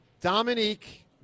dominique